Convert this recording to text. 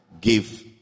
give